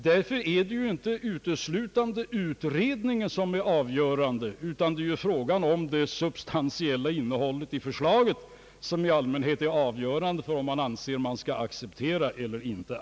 Det är alltså inte uteslutande själva utredningen, som är det avgörande, utan det är det substantiella innehållet i förslagen som i allmänhet är avgörande för om man anser sig kunna acceptera dem eller ej.